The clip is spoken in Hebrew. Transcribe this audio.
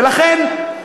ולכן,